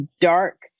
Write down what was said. dark